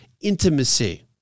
intimacy